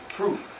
proof